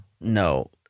no